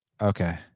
okay